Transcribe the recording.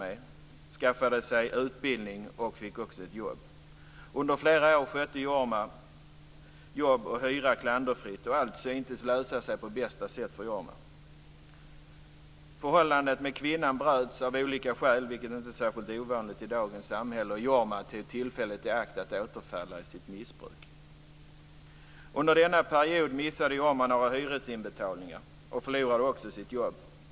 Han skaffade sig utbildning och fick också ett jobb. Under flera år skötte Jorma jobb och hyra klanderfritt, och allt syntes lösa sig på bästa sätt. Så bröts förhållandet med kvinnan av olika skäl, vilket inte är särskilt ovanligt i dagens samhälle, och Jorma tog tillfället i akt att återfalla i sitt missbruk. Under denna period missade Jorma några hyresinbetalningar och förlorade också sitt jobb.